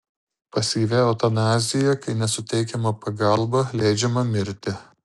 pasyvi eutanazija kai nesuteikiama pagalba leidžiama mirti